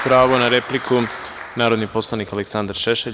Pravo na repliku, narodni poslanik Aleksandar Šešelj.